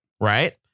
right